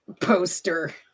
poster